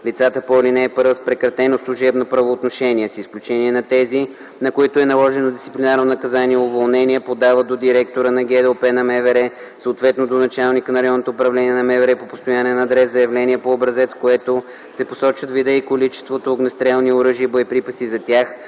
лицата по ал. 1 с прекратено служебно правоотношение, с изключение на тези, на които е наложено дисциплинарно наказание „уволнение”, подават до директора на ГДОП на МВР, съответно до началника на РУ на МВР по постоянен адрес, заявление по образец, в което се посочват вида и количеството огнестрелни оръжия и боеприпаси за тях,